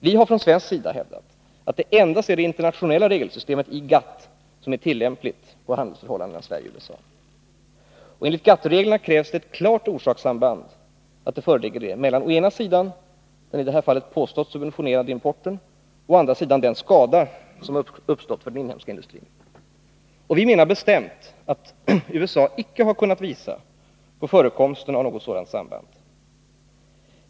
Vi har från svensk sida hävdat att det endast är det internationella regelsystemet i GATT som är tillämpligt på handelsförhållandena mellan Sverige och USA. Enligt GATT-reglerna krävs det att det föreligger ett klart orsakssamband mellan i det här fallet å ena sidan den påstått subventionerade importen och å andra sidan den skada som uppstått för den inhemska industrin. Vi menar bestämt att USA icke har kunnat påvisa förekomsten av något sådant samband.